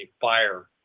fire